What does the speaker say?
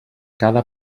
cada